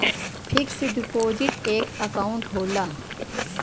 fix deposit एक account होला